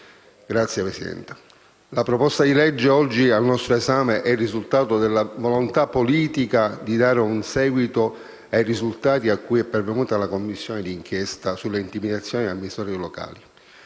meno soli. La proposta di legge oggi al nostro esame è il risultato della volontà politica di dare un seguito ai risultati a cui è pervenuta la Commissione di inchiesta sulle intimidazioni agli amministratori locali.